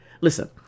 Listen